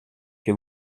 que